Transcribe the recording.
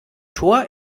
tor